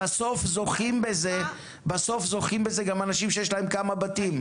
בסוף זוכים בזה גם אנשים שיש להם כמה בתים.